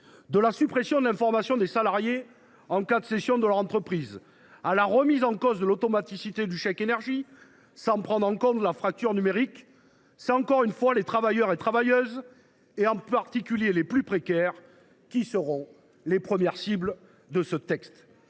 De la suppression de l’information des salariés en cas de cession de leur entreprise à la remise en cause de l’automaticité du chèque énergie, sans prendre en compte la fracture numérique, ce sont encore une fois les travailleurs et les travailleuses, en particulier les plus précaires, qui seront les premières cibles de ce texte.